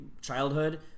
childhood